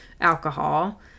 alcohol